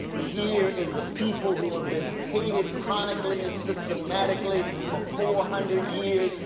here is a people who have been hated chronically and systematically for four hundred years,